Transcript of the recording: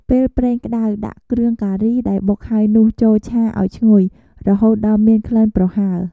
ពេលប្រេងក្ដៅ ដាក់គ្រឿងការីដែលបុកហើយនោះចូលឆាឱ្យឈ្ងុយ រហូតដល់មានក្លិនប្រហើរ។